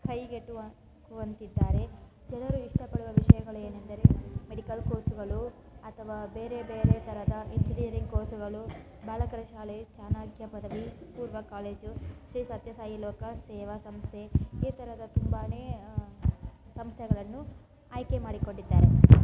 ಕೈಗೆಟುವ ವಂತಿದ್ದರೆ ಜನರು ಇಷ್ಟಪಡುವ ವಿಷಯಗಳೇನೆಂದರೆ ಮೆಡಿಕಲ್ ಕೋರ್ಸ್ಗಳು ಅಥವಾ ಬೇರೆ ಬೇರೆ ಥರದ ಇಂಜಿನಿಯರಿಂಗ್ ಕೋರ್ಸುಗಳು ಬಾಲಕರ ಶಾಲೆ ಚಾಣಕ್ಯ ಪದವಿ ಪೂರ್ವ ಕಾಲೇಜು ಶ್ರೀ ಸತ್ಯಸಾಯಿ ಲೋಕ ಸೇವಾ ಸಂಸ್ಥೆ ಈ ಥರದ ತುಂಬಾ ಸಂಸ್ಥೆಗಳನ್ನು ಆಯ್ಕೆ ಮಾಡಿಕೊಂಡಿದ್ದಾರೆ